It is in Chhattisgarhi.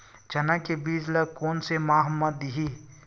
चना के बीज ल कोन से माह म दीही?